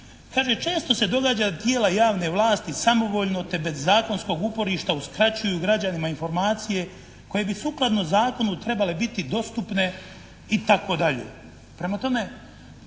kaže, često se događa da tijela javne vlasti samovoljno te bez zakonskog uporišta uskraćuju građanima informacije koje bi sukladno zakonu trebale biti dostupne, itd. Prema tome,